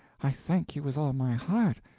i thank you with all my heart.